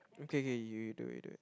okay kay you do it you do it